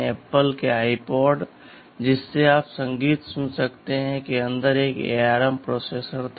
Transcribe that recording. Apple के iPod जिससे आप संगीत सुन सकते हैं के अंदर एक ARM प्रोसेसर था